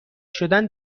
شدن